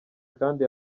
kandi